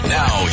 now